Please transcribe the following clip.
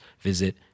visit